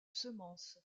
semence